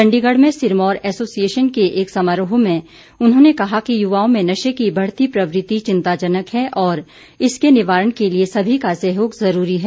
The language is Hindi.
चण्डीगढ़ में सिरमौर एसोसिएशन के एक समारोह में उन्होंने कहा कि युवाओं में नशे की बढ़ती प्रवृत्ति चिंताजनक है और इसके निवारण के लिए सभी का सहयोग ज़रूरी है